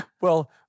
Well-